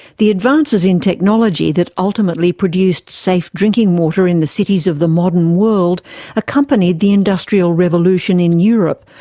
the advances in technology that ultimately produced safe drinking water in the cities of the modern world accompanied the industrial revolution in europe,